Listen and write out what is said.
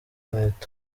inkweto